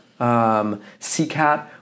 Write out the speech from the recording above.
CCAT